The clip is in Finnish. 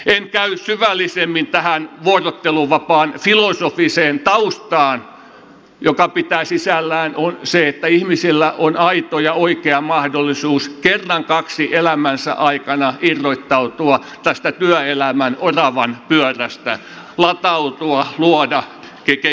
en käy syvällisemmin tähän vuorotteluvapaan filosofiseen taustaan joka pitää sisällään sen että ihmisillä on aito ja oikea mahdollisuus kerran kaksi elämänsä aikana irrottautua tästä työelämän oravanpyörästä latautua luoda ja kehittyä